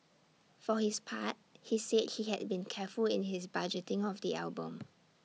for his part he said he had been careful in his budgeting of the album